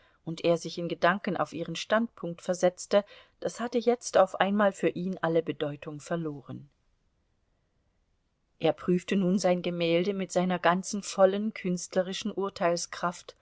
und er sich in gedanken auf ihren standpunkt versetzte das hatte jetzt auf einmal für ihn alle bedeutung verloren er prüfte nun sein gemälde mit seiner ganzen vollen künstlerischen